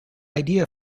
idea